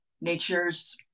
nature's